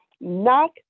Knock